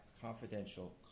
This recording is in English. confidential